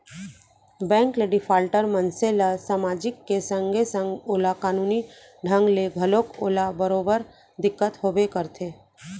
bank ले defaulter मनसे ल समाजिक के संगे संग ओला कानूनी ढंग ले घलोक ओला बरोबर दिक्कत होबे करथे